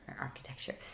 architecture